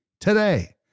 today